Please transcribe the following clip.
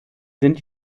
sind